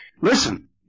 Listen